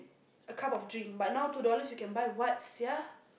a cup of drink but now two dollars you can buy what sia